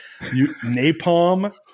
napalm